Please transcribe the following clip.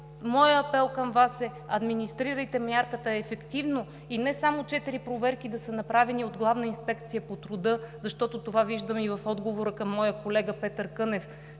моят апел към Вас е: администрирайте мярката ефективно и не само четири проверки да са направени от Главна инспекция по труда, защото това виждам и в отговора към моя колега Петър Кънев,